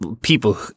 people